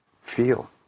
Feel